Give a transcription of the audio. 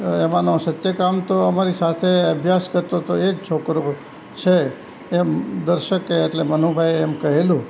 એમાંનો સત્યકામ તો અમારી સાથે અભ્યાસ કરતો હતો એ જ છોકરો છે એમ દર્શકે એટલે મનુભાઈએ એમ કહેલું